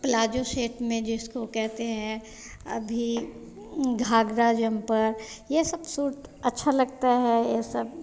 palazzo set में जिसको कहते हैं अभी घागरा जम्पर ये सब सूट अच्छा लगता है यह सब